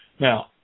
Now